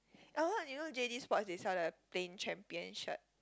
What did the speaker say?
you know J_D sports they sell the plain champion shirt